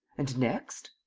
and next?